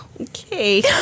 Okay